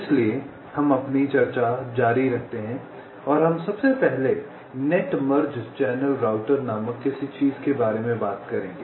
इसलिए हम अपनी चर्चा जारी रखते हैं और हम सबसे पहले नेट मर्ज चैनल राउटर नामक किसी चीज के बारे में बात करेंगे